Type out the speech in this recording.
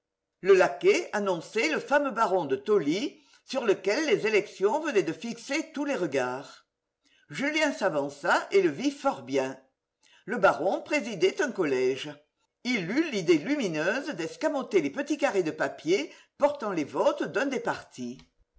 le laquais annonçait le fameux baron de tolly sur lequel les élections venaient de fixer tous les regards julien s'avança et le vit fort bien le baron présidait un collège il eut l'idée lumineuse d'escamoter les petite carrés de papier portent les votes d'un des partis